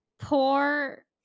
poor